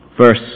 Verse